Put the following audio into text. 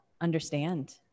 understand